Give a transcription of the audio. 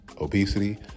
obesity